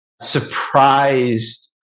surprised